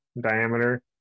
diameter